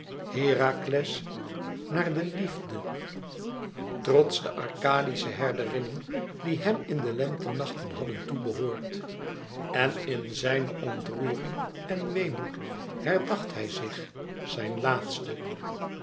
herakles naar de liefde trots de arkadische herderinnen die hem in de lentenachten hadden toe behoord en in zijne ontroering en weemoed herdacht hij zich zijn laatsten